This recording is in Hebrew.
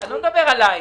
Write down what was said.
אני לא מדבר עליך,